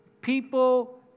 people